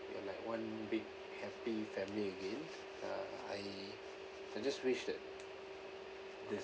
we're like one big happy family again uh I I just wish that there's